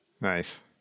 Nice